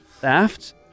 theft